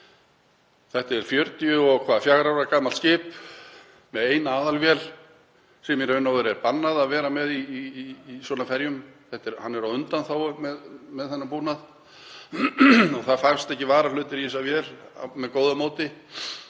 Þetta er 44 ára gamalt skip með eina aðalvél sem í raun og veru er bannað að vera með í svona ferjum; hann er á undanþágum með þennan búnað. Það fást ekki varahlutir í þessa vél með góðu móti